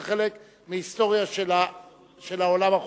זה חלק מהיסטוריה של העולם החופשי.